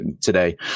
today